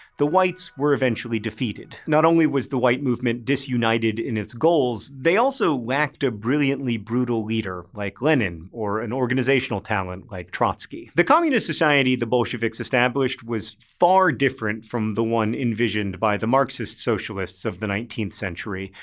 the whites were eventually defeated. not only was the white movement disunited in its goals, they especially lacked a brilliantly brutal leader like lenin or an organizational talent like trotsky. the communist society the bolsheviks established was far different from the one envisioned by the marxist socialists of the nineteenth century.